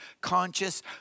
conscious